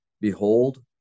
Behold